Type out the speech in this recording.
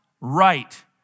right